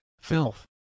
filth